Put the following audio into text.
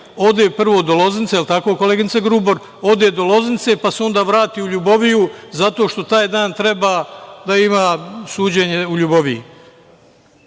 od prvo lo Loznice, jel tako koleginice Grubor, pa se onda vrati u Ljuboviju, zato što taj dan treba da ima suđenje u Ljuboviji.